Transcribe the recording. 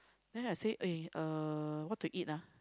then I say eh uh what to eat ah